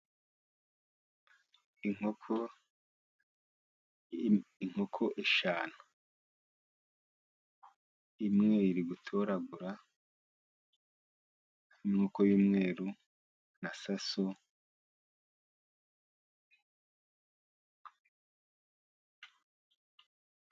Inkoko inkoko eshanu, imwe iri gutoragura, inkoko y'umweru na saso....